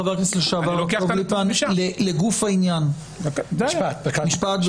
חבר הכנסת לשעבר דב ליפמן, לגוף העניין, בבקשה.